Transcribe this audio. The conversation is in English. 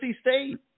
State